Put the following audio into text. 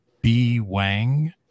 B-Wang